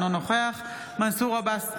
אינו נוכח מנסור עבאס,